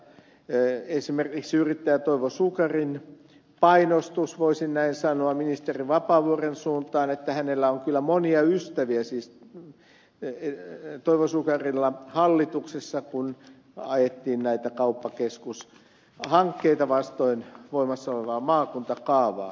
esimerkiksi tulee mieleen yrittäjä toivo sukarin painostus voisin näin sanoa ministeri vapaavuoren suuntaan että hänellä on kyllä monia ystäviä siis toivo sukarilla hallituksessa kun ajettiin näitä kauppakeskushankkeita vastoin voimassa olevaa maakuntakaavaa